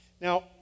Now